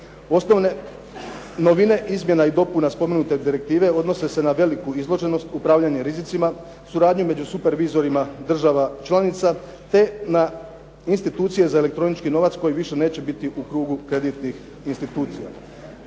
Osnovne novine izmjena i dopuna spomenute direktive odnose se na veliku izloženost, upravljanje rizicima, suradnju među supervizorima država članica te na institucije za elektronički novac koje više neće biti u krugu kreditnih institucija.